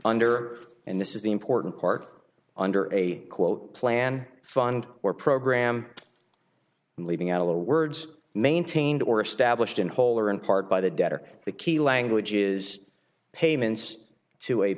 under and this is the important park under a quote plan fund or program leaving out of the words maintained or established in whole or in part by the debtor the key language is payments to a